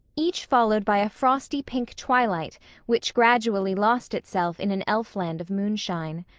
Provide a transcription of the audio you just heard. each followed by a frosty pink twilight which gradually lost itself in an elfland of moonshine.